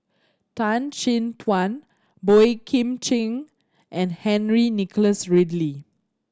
Tan Chin Tuan Boey Kim Cheng and Henry Nicholas Ridley